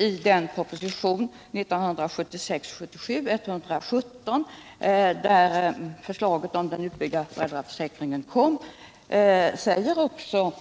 I den proposition, 1976/77:117, där förslaget om den utbyggda föräldraförsäkringen framlades, säger också